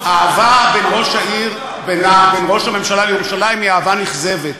האהבה בין ראש הממשלה לירושלים היא אהבה נכזבת.